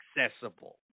accessible